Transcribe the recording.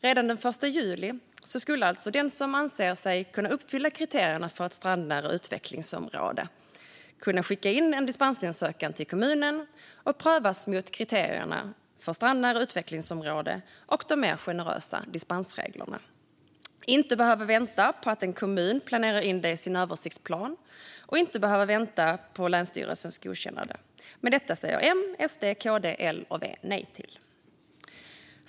Redan den 1 juli hade alltså den som anser sig uppfylla kriterierna för ett strandnära utvecklingsområde kunnat skicka in en dispensansökan till kommunen och prövats mot kriterierna för strandnära utvecklingsområde och de mer generösa dispensreglerna. Man hade inte behövt vänta på att en kommun ska planera in det i sin översiktsplan och på länsstyrelsens godkännande. Men detta säger M, SD, KD, L och V nej till.